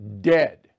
dead